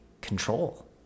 control